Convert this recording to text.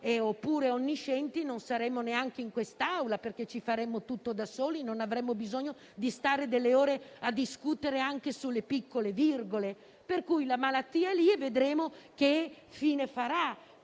oppure onniscienti, non saremmo neanche in quest'Aula, perché faremmo tutto da soli e non avremmo bisogno di stare delle ore a discutere anche sulle piccole virgole. Il virus è lì e vedremo che fine farà